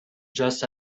just